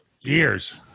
years